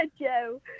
Joe